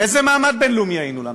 איזה מעמד בין-לאומי היה לנו?